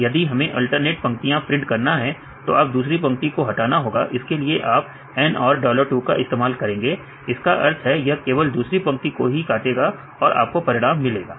यदि हमें अल्टरनेट पंक्तियां प्रिंट कराना है तो आप दूसरी पंक्ति को हटाना होगा इसके लिए आप NR2 का इस्तेमाल करेंगे इसका अर्थ है यह केवल दूसरी पंक्ति को ही काटेगा और आपको परिणाम मिलेंगे